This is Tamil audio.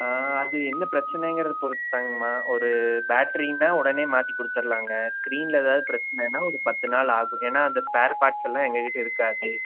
அது என்ன பிரச்சினைங்குறத பொறுத்துதாங்கமா ஒரு பேட்ரினால் உடனே மாற்றி கொடுத்துர்லாங்க ஸ்க்ரீனில் ஏதாவது பிரச்சினன்னா ஒரு பத்து நாள் ஆகும் ஏன்னால் அந்த ஸ்பேர் பார்ட்ஸ் எல்லாம் எங்கள் கிட்டே இருக்காது